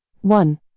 One